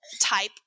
type